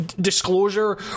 disclosure